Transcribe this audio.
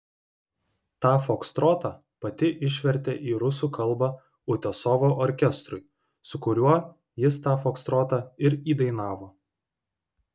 tą fokstrotą pati išvertė į rusų kalbą utiosovo orkestrui su kuriuo jis tą fokstrotą ir įdainavo